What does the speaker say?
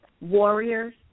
warriors